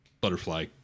butterfly